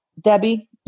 Debbie